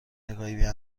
نگاهی